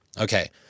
Okay